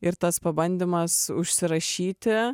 ir tas pabandymas užsirašyti